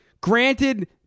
Granted